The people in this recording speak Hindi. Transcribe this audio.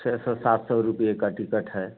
छः सौ सात सौ रुपिये का टिकट है